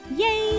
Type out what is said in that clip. Yay